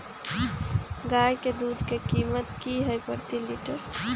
गाय के दूध के कीमत की हई प्रति लिटर?